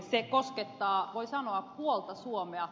se koskettaa voi sanoa puolta suomea